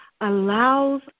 allows